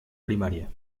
primaria